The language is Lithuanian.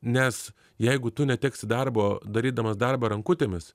nes jeigu tu neteksi darbo darydamas darbą rankutėmis